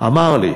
אמר לי.